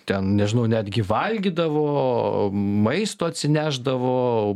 ten nežinau netgi valgydavo maisto atsinešdavo